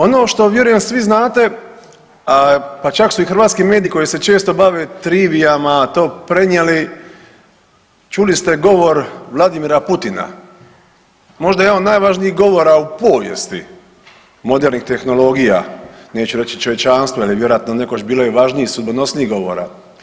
Ono što vjerujem svi znate, pa čak su i hrvatski mediji koji se često bave trivijama to prenijeli čuli ste govor Vladimira Putina, možda jednih od najvažnijih govora u povijesti modernih tehnologija, neću reći čovječanstva jer je vjerojatno nekoć bilo i važnijih, sudbonosnijih govora.